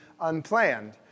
unplanned